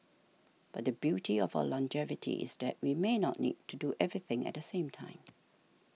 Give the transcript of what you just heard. but the beauty of our longevity is that we may not need to do everything at the same time